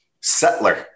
settler